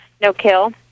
no-kill